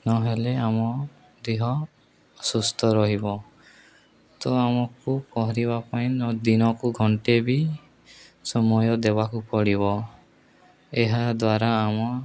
ନହେଲେ ଆମ ଦେହ ଅସୁୁସ୍ଥ ରହିବ ତ ଆମକୁ ପହଁରିବା ପାଇଁ ଦିନକୁ ଘଣ୍ଟେ ବି ସମୟ ଦେବାକୁ ପଡ଼ିବ ଏହା ଦ୍ୱାରା ଆମ